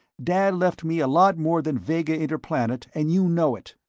dad left me a lot more than vega interplanet, and you know it.